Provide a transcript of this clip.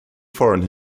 foreign